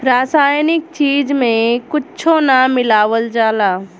रासायनिक चीज में कुच्छो ना मिलावल जाला